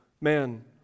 man